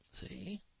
See